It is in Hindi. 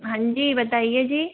हाँ जी बताइए जी